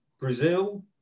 Brazil